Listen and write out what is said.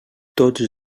tots